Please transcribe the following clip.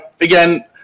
again